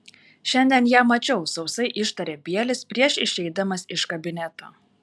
šiandien ją mačiau sausai ištarė bielis prieš išeidamas iš kabineto